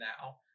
now